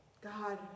God